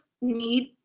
need